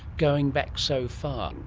going back so far? um